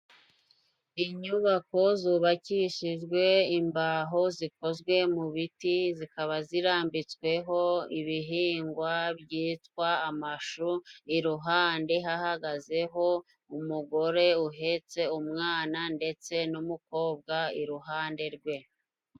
Inyubako zubakishijwe imbaho zikozwe mu biti, zikaba zirambitsweho ibihingwa byitwa amashu, iruhande hahagazeho umugore uhetse umwana, ndetse n'umukobwa iruhande rwe.